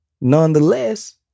Nonetheless